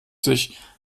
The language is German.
sich